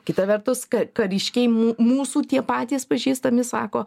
kita vertus ka kariškiai mū mūsų tie patys pažįstami sako